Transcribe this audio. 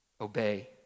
obey